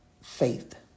faith